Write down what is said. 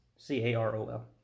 C-A-R-O-L